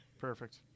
Perfect